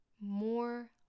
more